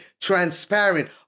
transparent